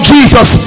Jesus